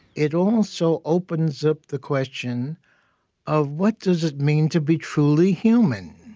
it also opens up the question of, what does it mean to be truly human?